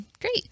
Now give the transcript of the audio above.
great